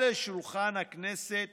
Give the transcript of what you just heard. על שולחן הכנסת